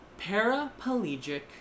paraplegic